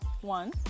One